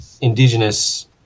Indigenous –